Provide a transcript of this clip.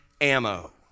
ammo